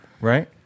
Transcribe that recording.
right